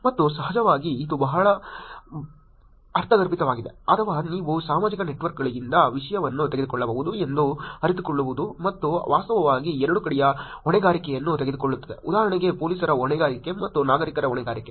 ಮತ್ತು ಸಹಜವಾಗಿ ಇದು ಬಹುಶಃ ಬಹಳ ಅರ್ಥಗರ್ಭಿತವಾಗಿದೆ ಅಥವಾ ನೀವು ಸಾಮಾಜಿಕ ನೆಟ್ವರ್ಕ್ಗಳಿಂದ ವಿಷಯವನ್ನು ತೆಗೆದುಕೊಳ್ಳಬಹುದು ಎಂದು ಅರಿತುಕೊಳ್ಳುವುದು ಮತ್ತು ವಾಸ್ತವವಾಗಿ ಎರಡೂ ಕಡೆಯ ಹೊಣೆಗಾರಿಕೆಯನ್ನು ತೆಗೆದುಕೊಳ್ಳುತ್ತದೆ ಉದಾಹರಣೆಗೆ ಪೋಲೀಸರ ಹೊಣೆಗಾರಿಕೆ ಮತ್ತು ನಾಗರಿಕರ ಹೊಣೆಗಾರಿಕೆ